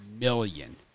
million